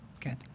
good